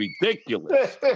ridiculous